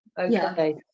okay